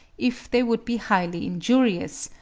if they would be highly injurious,